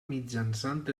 mitjançant